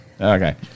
Okay